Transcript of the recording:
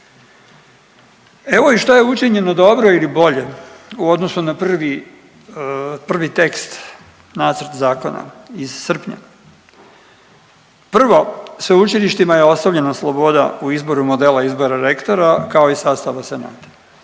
Evo i što je učinjeno dobro ili bolje u odnosu na prvi, prvi tekst nacrta zakona iz srpnja. Prvo, sveučilištima je ostavljena sloboda u izboru modela izbora rektora kao i sastava senata.